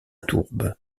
tourbe